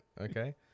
Okay